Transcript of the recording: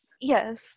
Yes